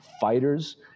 fighters